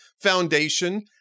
Foundation